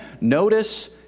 notice